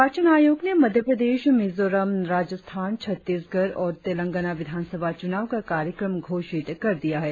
निर्वाचन आयोग ने मध्यप्रदेश मिजोरम राजस्थान छत्तीसगढ़ और तेलंगाना विधानसभा चुनाव का कार्यक्रम घोषित कर दिया है